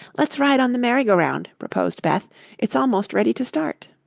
let's ride on the merry-go-round, proposed beth it's almost ready to start.